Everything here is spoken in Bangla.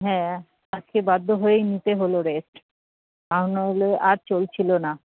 হ্যাঁ আজকে বাধ্য হয়েই নিতে হল রেস্ট আর নইলে আর চলছিলো না